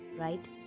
right